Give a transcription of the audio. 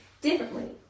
differently